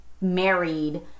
married